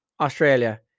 Australia